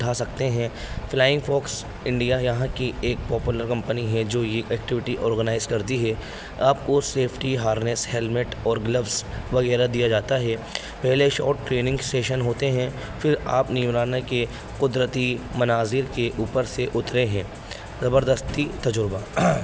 اٹھا سکتے ہیں فلائنگ فاکس انڈیا یہاں کی ایک پاپولر کمپنی ہے جو یہ ایکٹیوٹی آرگنائز کرتی ہے آپ کو سیفٹی ہارنیس ہیلمیٹ اور گلبز وغیرہ دیا جاتا ہے پہلے شاٹ ٹریننگ سیشن ہوتے ہیں پھر آپ نیم رانہ کے قدرتی مناظر کے اوپر سے اترے ہیں زبردستی تجربہ